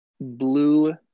blue